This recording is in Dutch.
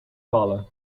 vallen